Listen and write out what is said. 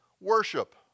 worship